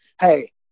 hey